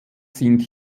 sind